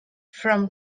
from